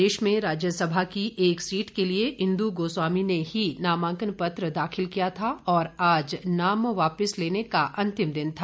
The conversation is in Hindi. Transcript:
प्रदेश में राज्यसभा की एक सीट के लिए इंदु गोस्वामी ने ही नामांकन पत्र दाखिल किया था और आज नाम वापिस लेने का अंतिम दिन था